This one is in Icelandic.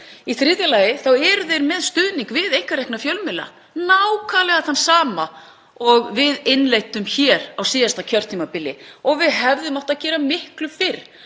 Í þriðja lagi eru þeir með stuðning við einkarekna fjölmiðla, nákvæmlega þann sama og við innleiddum hér á síðasta kjörtímabili og hefðum átt að gera miklu fyrr.